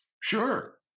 Sure